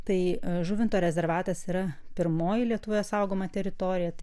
tai žuvinto rezervatas yra pirmoji lietuvoje saugoma teritorija tai